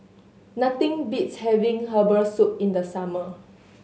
nothing beats having herbal soup in the summer